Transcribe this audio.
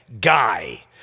guy